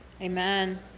Amen